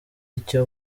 icyo